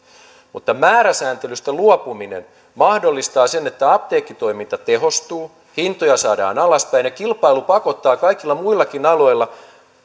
mutta määräsääntelystä luopuminen mahdollistaa sen että apteekkitoiminta tehostuu hintoja saadaan alaspäin ja kilpailu pakottaa kaikilla muillakin aloilla